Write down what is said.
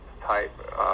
type